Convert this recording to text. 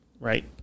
Right